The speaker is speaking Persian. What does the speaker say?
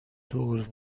دور